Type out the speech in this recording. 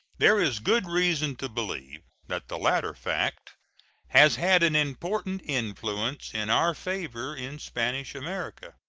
there is good reason to believe that the latter fact has had an important influence in our favor in spanish america.